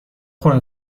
خون